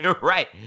Right